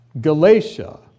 Galatia